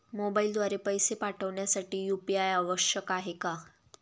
मोबाईलद्वारे पैसे पाठवण्यासाठी यू.पी.आय आवश्यक आहे का?